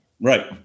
right